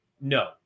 No